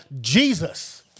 Jesus